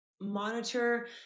monitor